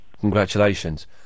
Congratulations